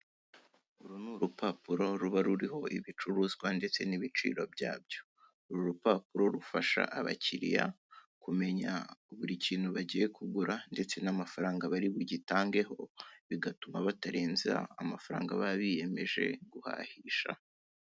Uru ni urupapuro ruba ruriho ibicuruzwa ndetse n'ibiciro byabyo, uru rupapuro rufasha abakiriya kumenya buri kintu bagiye kugura ndetse n'amafaranga bari bugitangeho bigatuma batarenza amafaranga baba biyemeje guhahisha.